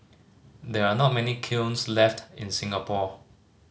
there are not many kilns left in Singapore